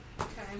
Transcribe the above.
Okay